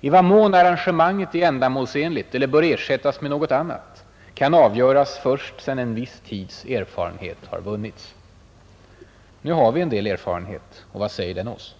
I vad mån arrangemanget är ändamålsenligt eller bör ersättas med något annat kan avgöras först sedan en viss tids erfarenhet vunnits.” Nu har vi en del erfarenhet. Vad säger den oss?